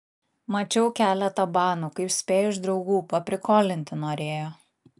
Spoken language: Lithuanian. mačiau keletą banų kaip spėju iš draugų paprikolinti norėjo